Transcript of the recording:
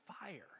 fire